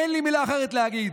אין לי מילה אחרת להגיד.